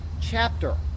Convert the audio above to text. chapter